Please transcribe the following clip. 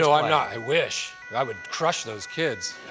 i wish. i would crush those kids.